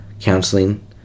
counseling